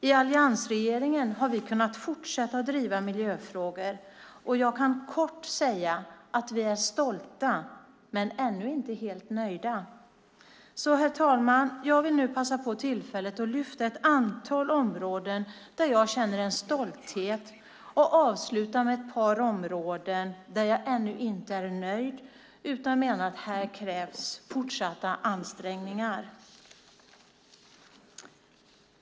I alliansregeringen har vi kunnat fortsätta driva miljöfrågor, och jag kan kort säga att vi är stolta men ännu inte helt nöjda. Jag vill därför, herr talman, passa på tillfället att lyfta fram ett antal områden där jag känner en stolthet och avsluta med ett par områden där jag ännu inte är nöjd utan menar att här krävs fortsatta ansträngningar.